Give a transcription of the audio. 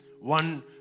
one